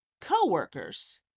co-workers